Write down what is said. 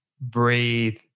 Breathe